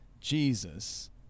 Jesus